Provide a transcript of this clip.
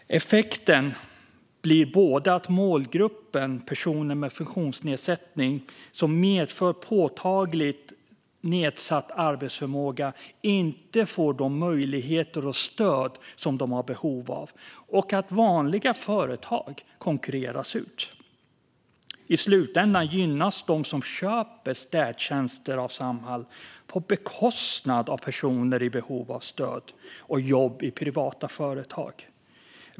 Effekten blir både att målgruppen - personer med funktionsnedsättning som medför påtagligt nedsatt arbetsförmåga - inte får de möjligheter och stöd som de har behov av och att vanliga företag konkurreras ut. I slutändan gynnas de som köper städtjänster av Samhall på bekostnad av personer i behov av stöd och jobb i privata företag.